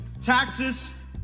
taxes